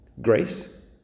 Grace